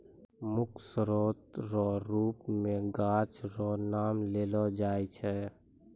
मुख्य स्रोत रो रुप मे गाछ रो नाम लेलो जाय छै